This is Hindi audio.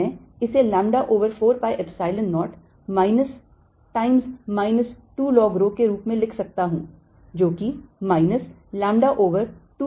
तो मैं इसे lambda over 4 pi Epsilon 0 minus times minus 2 log rho के रूप में लिख सकता हूं जो कि minus lambda over 2 pi Epsilon 0 log rho है